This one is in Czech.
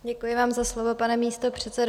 Děkuji vám za slovo, pane místopředsedo.